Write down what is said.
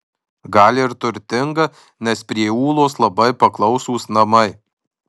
gal ir turtinga nes prie ūlos labai paklausūs namai